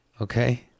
Okay